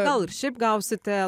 gal ir šiaip gausite